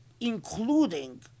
including